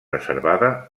reservada